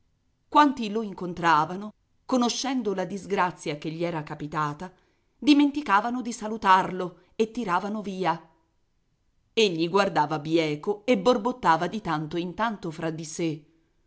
quanti lo incontravano conoscendo la disgrazia che gli era capitata dimenticavano di salutarlo e tiravano via egli guardava bieco e borbottava di tanto in tanto fra di sé